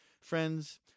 Friends